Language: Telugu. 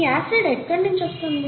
ఈ ఆసిడ్ ఎక్కడినించి వస్తుంది